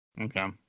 Okay